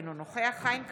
אינו נוכח חיים כץ,